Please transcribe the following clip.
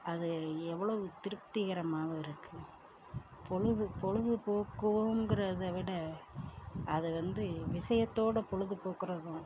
அது எவ்வளோவு திருப்திகரமாவும் இருக்குது பொழுது பொழுதுபோக்குவோங்கிறதை விட அது வந்து விஷயத்தோட பொழுதுபோக்குறதும்